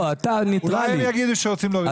אולי הם יגידו שרוצים להוריד את